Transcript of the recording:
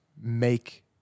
make